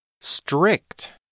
Strict